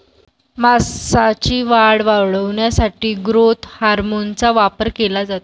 मांसाची वाढ वाढवण्यासाठी ग्रोथ हार्मोनचा वापर केला जातो